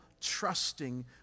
trusting